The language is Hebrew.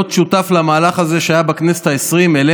להיות שותף למהלך הזה, שהיה בכנסת העשרים.